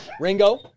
Ringo